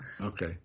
Okay